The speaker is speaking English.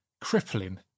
crippling